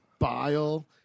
Bile